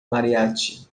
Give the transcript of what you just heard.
mariachi